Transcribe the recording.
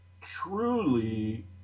truly